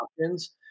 options